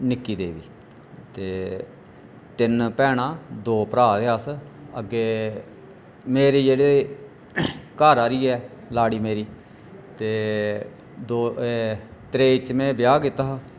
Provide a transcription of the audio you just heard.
निक्की देवी ते तिन्न भैना दो भ्राऽ हे अस अग्गें मेरे जेहड़े घर आह्ली ऐ लाड़ी मेरी ते दो एह् त्रेई च में ब्याह कीता हा